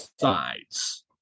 sides